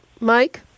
Mike